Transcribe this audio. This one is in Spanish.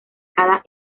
cada